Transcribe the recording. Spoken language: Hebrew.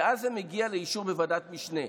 ואז זה מגיע לאישור בוועדת המשנה.